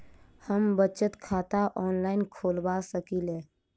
हम बचत खाता ऑनलाइन खोलबा सकलिये?